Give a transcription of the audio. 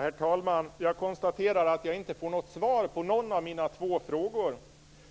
Herr talman! Jag konstaterar att jag inte får något svar på någon av mina två frågor.